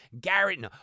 Garrett